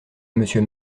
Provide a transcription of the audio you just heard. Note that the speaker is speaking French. monsieur